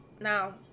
now